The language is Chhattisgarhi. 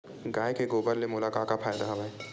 गाय के गोबर ले मोला का का फ़ायदा हवय?